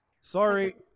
Sorry